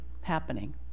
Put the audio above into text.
happening